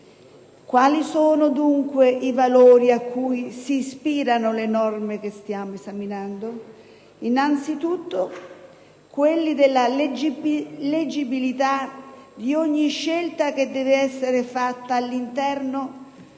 Quali sono dunque i valori ai quali si ispirano le norme che stiamo esaminando? Innanzitutto, quelli della leggibilità di ogni scelta, che deve essere fatta all'interno